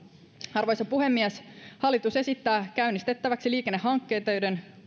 arvoisa puhemies hallitus esittää käynnistettäväksi liikennehankkeita joiden